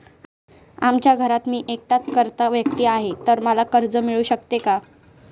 आमच्या घरात मी एकटाच कर्ता व्यक्ती आहे, तर मला कर्ज मिळू शकते का?